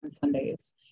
Sundays